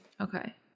Okay